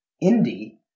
Indy